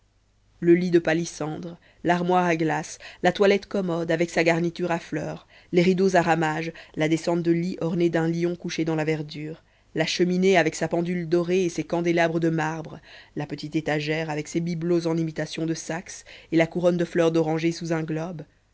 le lit de palissandre l'armoire à glace la toilette commode avec sa garniture à fleurs les rideaux à ramages la descente de lit ornée d'un lion couché dans la verdure la cheminée avec sa pendule dorée et ses candélabres de marbre la petite étagère avec ses bibelots en imitation de saxe et la couronne de fleurs d'oranger sous un globe